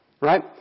Right